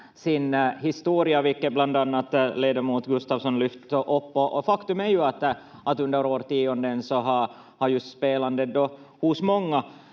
sin historia, vilket bland annat ledamot Gustafsson lyfte upp. Och faktum är ju att under årtionden så har just spelandet hos många